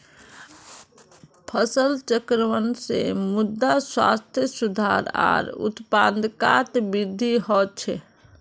फसल चक्रण से मृदा स्वास्थ्यत सुधार आर उत्पादकतात वृद्धि ह छे